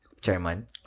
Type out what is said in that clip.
chairman